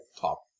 top